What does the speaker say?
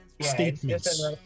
statements